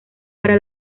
para